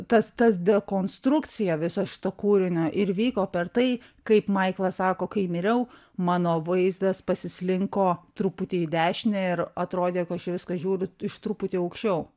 tas tas dekonstrukciją viso šito kūrinio ir vyko per tai kaip maiklas sako kai miriau mano vaizdas pasislinko truputį į dešinę ir atrodė kad aš į viską žiūriu iš truputį aukščiau